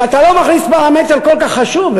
אם אתה לא מכניס פרמטר כל כך חשוב,